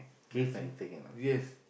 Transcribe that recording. that's a yes